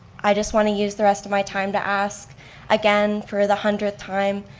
i just want to use the rest of my time to ask again for the hundredth time,